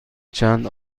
چند